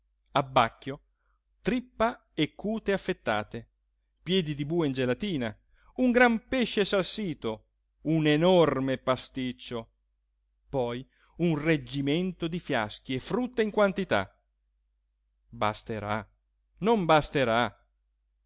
abbacchio trippa e cute affettate piedi di bue in gelatina un gran pesce salsito un enorme pasticcio poi un reggimento di fiaschi e frutta in quantità basterà non basterà